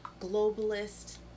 globalist